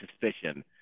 suspicion